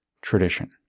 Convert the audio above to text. tradition